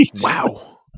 wow